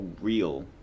real